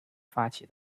发起